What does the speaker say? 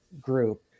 group